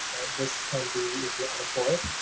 this can be if you're unemployed